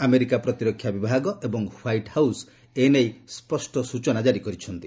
America ପ୍ରତିରକ୍ଷା ବିଭାଗ ଏବଂ ହ୍ୱାଇଟ୍ ହାଉସ୍ ଏ ନେଇ ସ୍ୱଷ୍ଟ ସ୍ଟଚନା ଦେଇଛନ୍ତି